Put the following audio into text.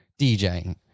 DJing